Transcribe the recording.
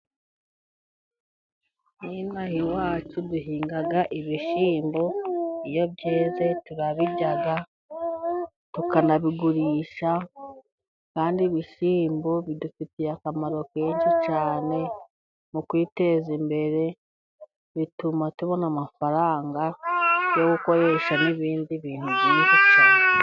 Nkinaha iwacu duhinga ibishyimbo, iyo byeze turabirya tukanabigurisha ,kandi ibishyimbo bidufitiye akamaro kenshi cyane mu kwiteza imbere ,bituma tubona amafaranga yo gukoresha n'ibindi bintu byinshi cyane.